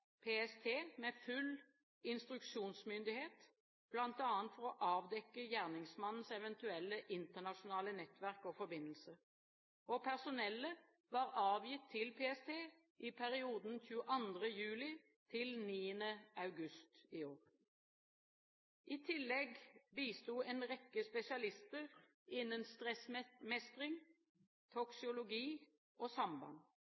PST med full instruksjonsmyndighet, bl.a. for å avdekke gjerningsmannens eventuelle internasjonale nettverk og forbindelser. Personellet var avgitt til PST i perioden 22. juli–9. august i år. I tillegg bisto en rekke spesialister innen stressmestring, toksikologi og samband.